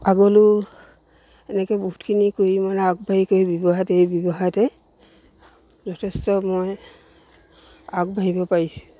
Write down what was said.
আগলৈয়ো এনেকৈ বহুতখিনি কৰি মানে আগবাঢ়ি কৰি ব্যৱসায়তে ব্যৱসায়তে যথেষ্ট মই আগবাঢ়িব পাৰিছোঁ